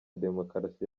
demokarasi